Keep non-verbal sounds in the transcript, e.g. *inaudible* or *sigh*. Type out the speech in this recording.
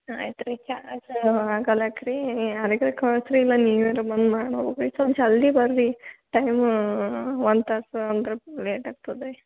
ಆಯ್ತು ರೀ *unintelligible* ಅದಕ್ಕೆ ಕಳ್ಸಿ ರೀ ಇಲ್ಲ ನೀವಾರ ಬಂದು ಮಾಡಿ ಹೋಗ್ಬೇಕಾಗಿತ್ತು ಜಲ್ದಿ ಬರ್ರಿ ಟೈಮ್ ಒಂದು ತಾಸು ಅಂದ್ರೆ ಲೇಟ್ ಆಗ್ತದೆ